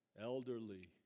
elderly